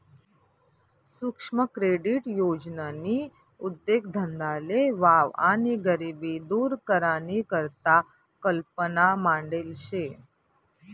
सुक्ष्म क्रेडीट योजननी उद्देगधंदाले वाव आणि गरिबी दूर करानी करता कल्पना मांडेल शे